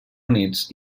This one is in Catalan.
units